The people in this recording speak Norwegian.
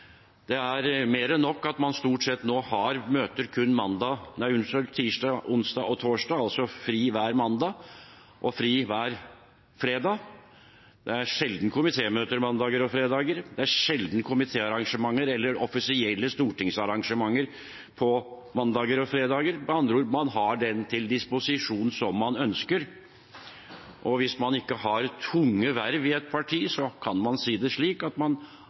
er mer enn nok at man nå stort sett har møte kun tirsdag, onsdag og torsdag – altså fri hver mandag og fredag. Det er sjelden komitémøter mandager og fredager, og det er sjelden komitéarrangementer eller offisielle stortingsarrangementer på mandager og fredager. Med andre ord har man de dagene til disposisjon som man ønsker. Hvis man ikke har tunge verv i et parti, kan man si det slik at man